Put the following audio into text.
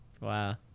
Wow